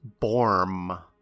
Borm